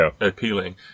appealing